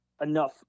enough